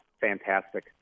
fantastic